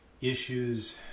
issues